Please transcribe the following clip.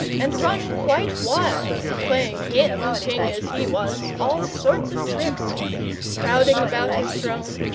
and run quite wild, playing him, king as he was, all sorts of tricks crowding about his throne,